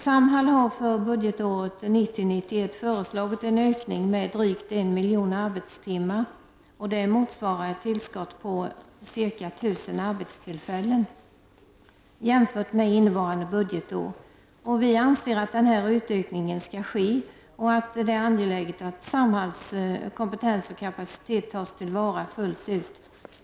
Samhall har för budgetåret 1990/91 föreslagit en ökning med drygt 1 miljon arbetstimmar — det motsvarar ett tillskott på ca 1 000 arbetstillfällen jämfört med innevarande budgetår. Vi anser att den här utökningen skall ske och att det är angeläget att Samhalls kompetens och kapacitet tas till vara fullt ut.